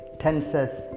tenses